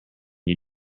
you